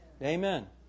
Amen